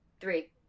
Three